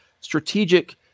strategic